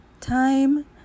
time